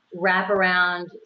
wraparound